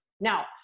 Now